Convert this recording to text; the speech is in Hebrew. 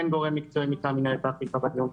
גורם מקצועי מטעם מינהלת האכיפה בדיון.